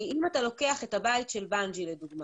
אם אתה לוקח את הבית של בנג'י, לדוגמה,